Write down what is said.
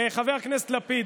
חבר הכנסת לפיד,